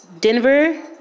Denver